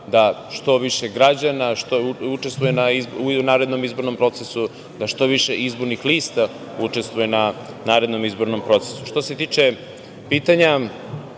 da što više građana učestvuje u narednom izbornom procesu, da što više izbornih lista učestvuje na narednom izbornom procesu. Što se tiče pitanja,